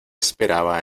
esperaba